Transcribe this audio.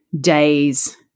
days